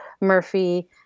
Murphy